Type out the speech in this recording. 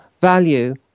value